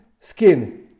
skin